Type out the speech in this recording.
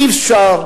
אי-אפשר,